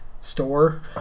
Store